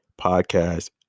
podcast